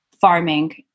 farming